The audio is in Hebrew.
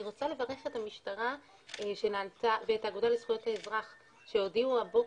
אני רוצה לברך את המשטרה ואת האגודה לזכויות האזרח שהודיעו הבוקר,